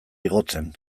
igotzen